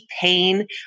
pain